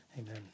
Amen